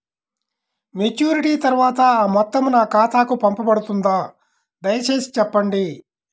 Maturity తర్వాత ఆ మొత్తం నా ఖాతాకు పంపబడుతుందా? దయచేసి చెప్పండి?